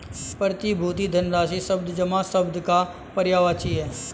प्रतिभूति धनराशि शब्द जमा शब्द का पर्यायवाची है